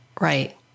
Right